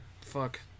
Fuck